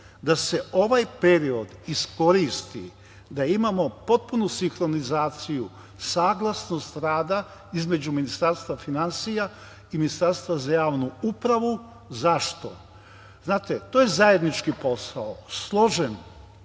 da se ovaj period iskoristi da imamo potpunu sinhronizaciju, saglasnost rada između Ministarstva finansija i Ministarstva za javnu upravu. Zašto? Znate, to je zajednički posao, složen,